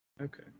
Okay